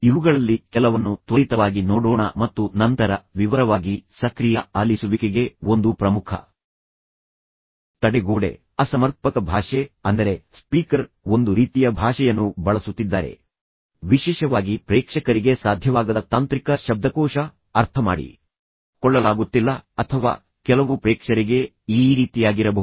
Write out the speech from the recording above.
ಇವುಗಳಲ್ಲಿ ಕೆಲವನ್ನು ತ್ವರಿತವಾಗಿ ನೋಡೋಣ ಮತ್ತು ನಂತರ ವಿವರವಾಗಿ ಸಕ್ರಿಯ ಆಲಿಸುವಿಕೆಗೆ ಒಂದು ಪ್ರಮುಖ ತಡೆಗೋಡೆ ಅಸಮರ್ಪಕ ಭಾಷೆಯ ಆಧಾರವಾಗಿದೆ ಅಂದರೆ ಸ್ಪೀಕರ್ ಒಂದು ರೀತಿಯ ಭಾಷೆಯನ್ನು ಬಳಸುತ್ತಿದ್ದಾರೆ ವಿಶೇಷವಾಗಿ ಪ್ರೇಕ್ಷಕರಿಗೆ ಸಾಧ್ಯವಾಗದ ತಾಂತ್ರಿಕ ಶಬ್ದಕೋಶ ಅರ್ಥಮಾಡಿ ಕೊಳ್ಳಲಾಗುತ್ತಿಲ್ಲ ಅಥವಾ ಕೆಲವು ಪ್ರೇಕ್ಷರಿಗೆ ಈ ರೀತಿಯಾಗಿರಬಹುದು